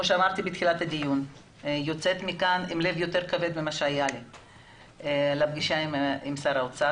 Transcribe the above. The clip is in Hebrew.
שאמרתי בתחילת הדיון אני יוצאת מכאן בלב כבד יותר לפגישה עם האוצר.